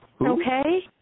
Okay